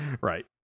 Right